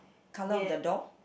colour of the door